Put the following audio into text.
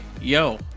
yo